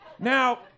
Now